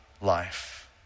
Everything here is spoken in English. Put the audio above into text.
life